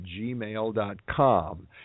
gmail.com